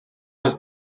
seus